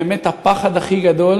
באמת הפחד הכי גדול